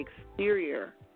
exterior